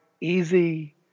easy